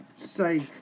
say